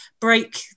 break